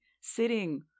sitting